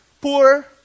poor